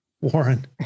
Warren